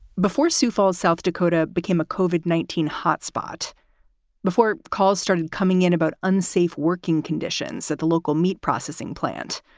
before sioux falls, south dakota, became a coveted nineteen hot spot before calls started coming in about unsafe working conditions at the local meat processing plant.